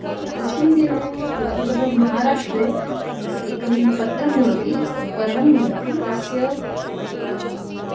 तस्मिन् दिने वस्तुतः महाराष्ट्रे एकं पत्रं भवति पर्णं भवति तस्य